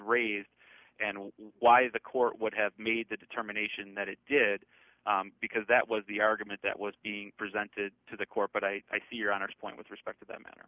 raised and why the court would have made the determination that it did because that was the argument that was being presented to the court but i see your honour's point with respect to th